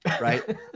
right